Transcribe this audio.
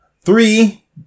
three